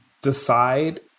decide